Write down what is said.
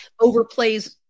overplays